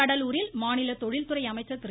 கடலூரில் மாநில தொழில்துறை அமைச்சர் திரு